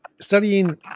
Studying